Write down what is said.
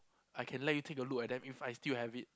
I can let you take a look at them if I still have it